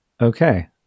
Okay